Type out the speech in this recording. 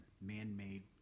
man-made